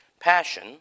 passion